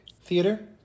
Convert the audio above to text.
Theater